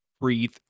breathe